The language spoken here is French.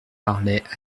parlait